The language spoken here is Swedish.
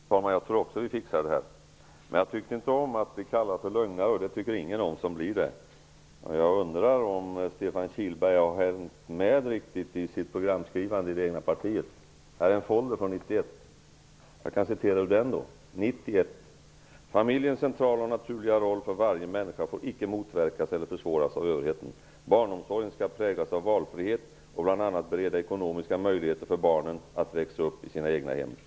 Herr talman! Jag tror också att vi fixar detta. Men jag tyckte inte om att bli kallad för lögnare. Det tycker ingen om. Jag undrar om Stefan Kihlberg har hängt med i programskrivandet i det egna partiet. Jag håller i en folder från 1991. Jag kan citera ur den: ''Familjens centrala och naturliga roll för varje människa får icke motverkas eller försvåras av överheten. Barnomsorgen ska präglas av valfrihet och bl a bereda ekonomiska möjligheter för barnen att växa upp i sina egna hem.''